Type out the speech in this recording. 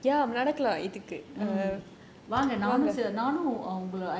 வாங்க நானும்:vaanga naanum